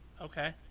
Okay